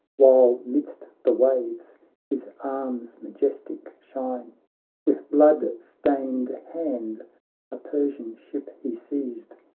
while midst the waves his arms majestic shine with blood-stained hand a persian ship he seized,